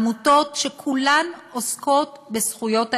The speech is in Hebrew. עמותות שכולן עוסקות בזכויות האזרח,